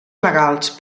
legals